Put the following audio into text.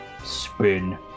Spin